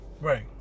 right